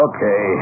Okay